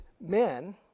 men